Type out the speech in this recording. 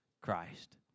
Christ